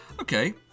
okay